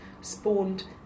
spawned